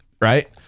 right